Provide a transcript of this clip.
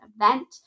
event